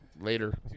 Later